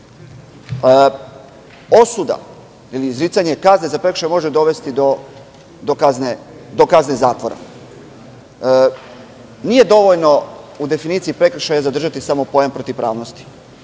Osuda ili izricanje kazne može dovesti do kazne zatvora. Nije dovoljno u definiciji prekršaja zadržati samo pojam protivpravnosti. Podsetiću